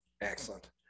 excellent